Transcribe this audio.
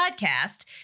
podcast